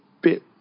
bit